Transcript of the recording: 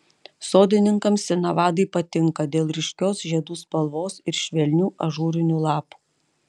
sodininkams sinavadai patinka dėl ryškios žiedų spalvos ir švelnių ažūrinių lapų